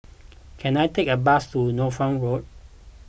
can I take a bus to Norfolk Road